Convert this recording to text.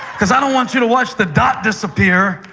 because i don't want you to watch the dot disappear,